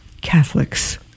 Catholics